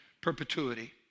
perpetuity